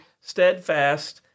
steadfast